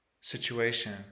situation